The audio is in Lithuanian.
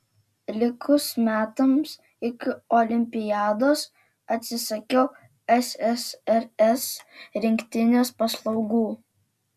likus metams iki olimpiados atsisakiau ssrs rinktinės paslaugų